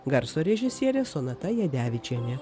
garso režisierė sonata jedevičienė